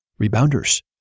rebounders